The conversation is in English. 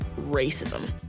racism